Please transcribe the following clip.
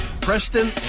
preston